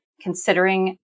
considering